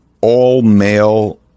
all-male